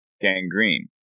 gangrene